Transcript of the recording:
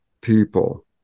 people